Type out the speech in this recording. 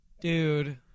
Dude